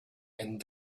and